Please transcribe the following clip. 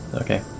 Okay